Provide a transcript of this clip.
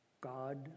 God